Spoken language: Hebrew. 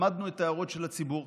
למדנו את ההערות של הציבור,